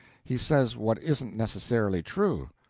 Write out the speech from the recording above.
he says what isn't necessarily true.